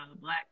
Black